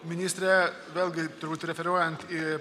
ministre vėlgi turbūt referiuojant į